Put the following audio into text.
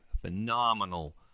phenomenal